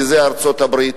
וזה ארצות-הברית,